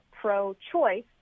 pro-choice